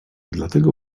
dlatego